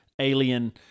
alien